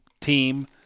team